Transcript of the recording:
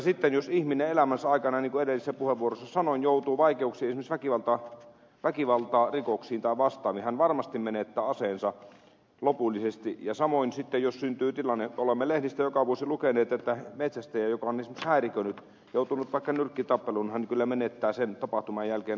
sitten jos ihminen elämänsä aikana niin kuin edellisessä puheenvuorossa sanoin joutuu vaikeuksiin esimerkiksi väkivaltarikoksiin tai vastaaviin hän varmasti menettää aseensa lopullisesti ja samoin sitten jos syntyy tilanne kuten olemme lehdistä joka vuosi lukeneet että metsästäjä joka on esimerkiksi häiriköinyt joutunut vaikka nyrkkitappeluun kyllä menettää sen tapahtuman jälkeen aseenkantolupansa